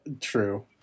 True